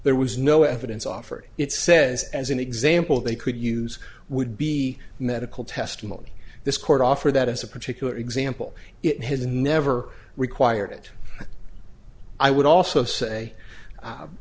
there was no evidence offered it says as an example they could use would be medical testimony this court offer that as a particular example it has never required it i would also say